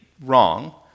wrong